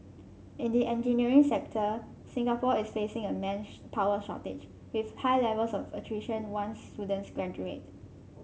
in the engineering sector Singapore is facing a manpower shortage with high levels of attrition once students graduate